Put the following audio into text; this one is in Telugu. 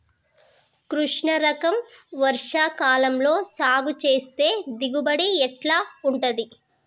కృష్ణ రకం వర్ష కాలం లో సాగు చేస్తే దిగుబడి ఎట్లా ఉంటది?